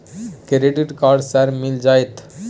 Credit card sir मिल जेतै?